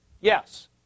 Yes